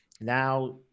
Now